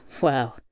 Wow